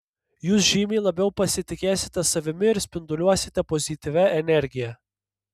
jūs žymiai labiau pasitikėsite savimi ir spinduliuosite pozityvia energija